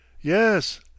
Yes